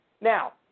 Now